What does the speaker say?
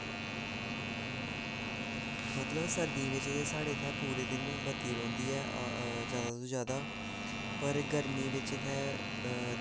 मतलब सरदियें च साढ़े इत्थें पूरे दिन बत्ती रौंह्दी ऐ जादै तों जादै पर गरमी बिच इत्थें